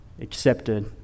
accepted